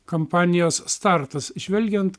kampanijos startas žvelgiant